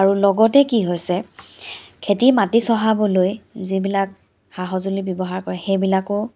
আৰু লগতে কি হৈছে খেতি মাটি চহাবলৈ যিবিলাক সা সঁজুলি ব্যৱহাৰ কৰে সেইবিলাকো